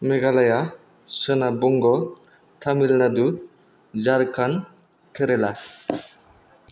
मेघालया सोनाब बंग' तामिलनादु झारकाण्ड केरेला